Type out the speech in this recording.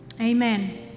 Amen